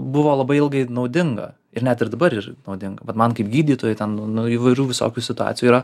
buvo labai ilgai naudinga ir net ir dabar yr naudinga vat man kaip gydytojui ten nu nu įvairių visokių situacijų yra